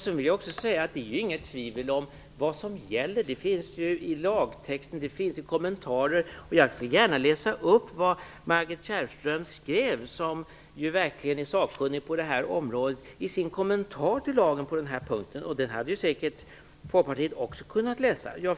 Det råder ju inget tvivel om vad som gäller, utan det finns i lagtexten och i kommentarer. Jag skall gärna läsa upp vad Margit Kärrström, som verkligen är sakkunnig på det här området, skrev i sin kommentar till lagen på den här punkten. Den hade Folkpartiet säkert också kunnat läsa.